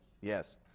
Yes